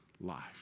life